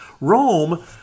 Rome